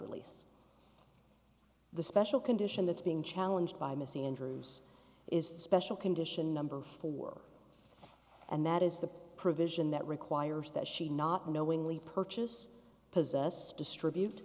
release the special condition that's being challenged by missy andrews is the special condition number four and that is the provision that requires that she not knowingly purchase possess distribute